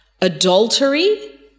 Adultery